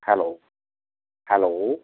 hello hello